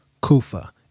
Kufa